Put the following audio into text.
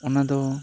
ᱚᱱᱟᱫᱚ